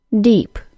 deep